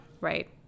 Right